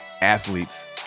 athletes